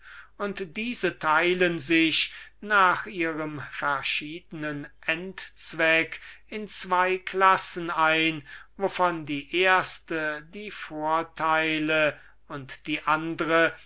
und teilen sich nach ihrem verschiednen endzweck in zwo klassen ein wovon die erste die vorteile und die andre